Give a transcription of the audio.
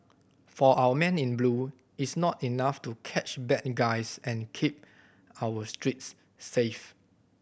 for our men in blue it's not enough to catch bad guys and keep our streets safe